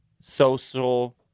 social